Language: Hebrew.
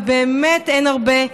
ובאמת אין הרבה,